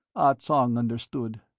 ah tsong understood.